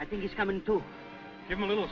i think he's coming to give a little